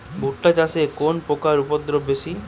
ভুট্টা চাষে কোন পোকার উপদ্রব বেশি?